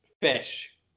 fish